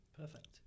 perfect